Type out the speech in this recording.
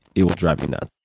it will drive me nuts.